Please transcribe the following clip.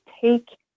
take